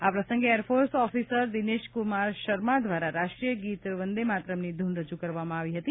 આ પ્રસંગે air force officer Dineshkumar Sharma દ્વારા રાષ્ટ્રીય ગીત વંદે માતરમની ધૂન રજૂ કરવામાં આવી હતી